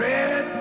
Red